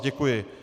Děkuji.